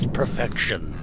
perfection